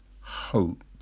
hope